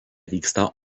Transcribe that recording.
vyksta